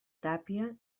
tàpia